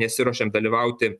nesiruošiam dalyvauti